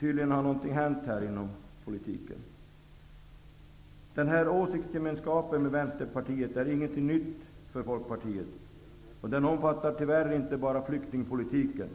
tydligen något hänt i politiken. Åsiktsgemenskapen med Vänsterpartiet är inget nytt för Folkpartiet. Den omfattar tyvärr inte bara flyktingpolitiken.